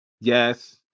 yes